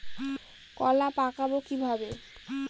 কলা পাকাবো কিভাবে?